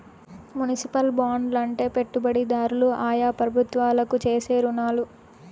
municipal బాండ్లు అంటే పెట్టుబడిదారులు ఆయా ప్రభుత్వాలకు చేసే రుణాలు